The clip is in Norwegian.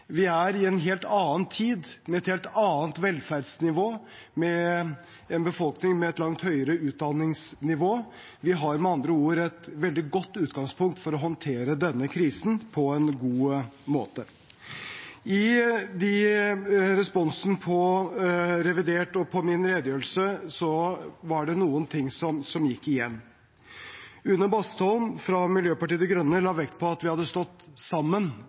Vi er i en helt annen tid, med et helt annet velferdsnivå, med en befolkning med et langt høyere utdanningsnivå. Vi har med andre ord et veldig godt utgangspunkt for å håndtere denne krisen på en god måte. I responsen på revidert og på min redegjørelse var det noen ting som gikk igjen. Une Bastholm fra Miljøpartiet De Grønne la vekt på at vi hadde stått sammen